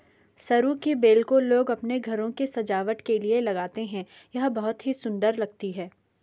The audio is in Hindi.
सरू की बेल को लोग अपने घरों की सजावट के लिए लगाते हैं यह बहुत ही सुंदर लगती है